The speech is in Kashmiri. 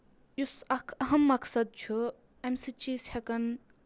یُس اکھ اَہم مقصد چھُ اَمہِ سۭتۍ چھِ أسۍ ہؠکان